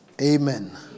Amen